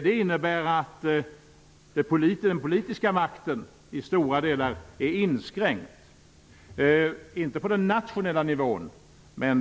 Det innebär att den politiska makten i stora delar är inskränkt, men inte på den nationella nivån.